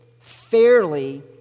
fairly